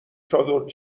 چادر